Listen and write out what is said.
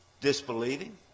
disbelieving